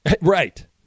Right